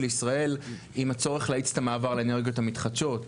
ישראל עם הצורך להאיץ את המעבר לאנרגיות המתחדשות,